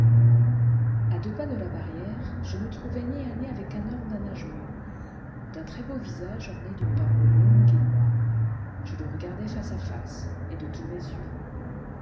à deux pas de la barrière je me trouvai nez à nez avec un homme d'un âge mûr d'un très-beau visage orné d'une barbe longue et noire je le regardai face à face et de tous mes yeux